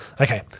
Okay